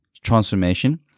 transformation